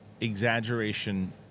exaggeration